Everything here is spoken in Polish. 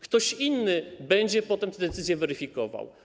Ktoś inny będzie potem te decyzje weryfikował.